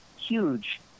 huge